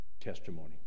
testimony